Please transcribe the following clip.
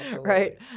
right